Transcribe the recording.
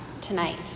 tonight